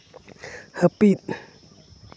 ᱦᱟᱹᱯᱤᱫ